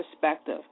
perspective